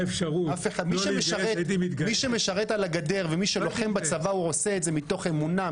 מי שמשרת על הגדר ומי שלוחם בצבא עושה את זה מתוך אמונה,